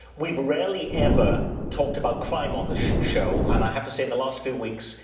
we've rarely ever talked about crime on this show, and i have to say in the last few weeks,